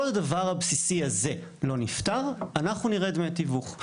כל הדבר הבסיסי הזה לא נפתר, אנחנו נרד מהתיווך.